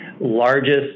largest